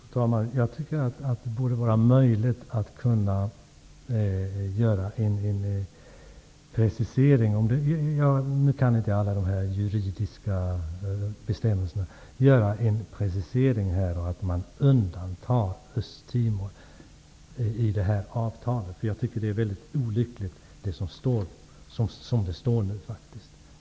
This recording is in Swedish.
Fru talman! Jag tycker att det borde vara möjligt att göra en precisering -- jag kan inte alla de juridiska aspekterna -- genom vilken man undantar Östtimor i detta avtal. Avtalet är som det nu är utformat mycket olyckligt.